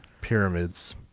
pyramids